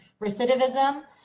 recidivism